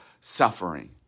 suffering